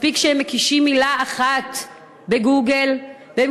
מספיק שהם מקישים מילה אחת ב"גוגל" והם